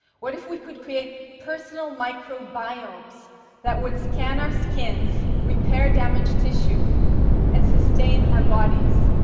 what if we could create personal microbiomes that would scan our skins, repair damaged tissue and sustain our bodies?